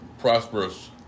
prosperous